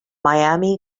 miami